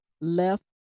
left